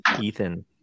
Ethan